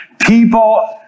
people